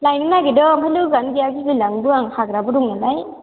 लायनो नागिरदों ओमफ्राय लोगोआनो गैया गिलाय लाङोबो आं हाग्राबो दं नालाय